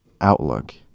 outlook